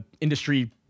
industry